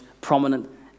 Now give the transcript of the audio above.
prominent